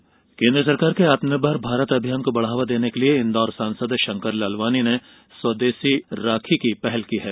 आत्मनिर्भर भारत केन्द्र सरकार के आत्मनिर्भर भारत अभियान को बढ़ावा देने के लिए इंदौर सांसद षंकर लालवानी ने स्वदेषी राखी की पहल की है